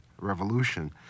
revolution